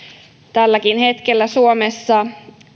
tälläkin hetkellä suomessa vaasan yliopiston